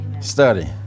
study